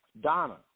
Donna